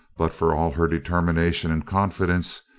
but for all her determination and confidence,